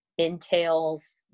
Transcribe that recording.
entails